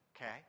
okay